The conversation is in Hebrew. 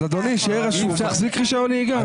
שיהיה רשות שמי שמחזיק רישיון נהיגה.